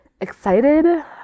excited